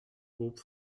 groupes